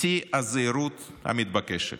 בשיא הזהירות המתבקשת: